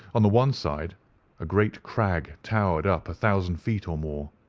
on the one side a great crag towered up a thousand feet or more,